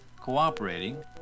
cooperating